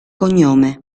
cognome